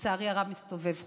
לצערי הרב, מסתובב חופשי.